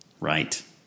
right